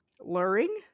luring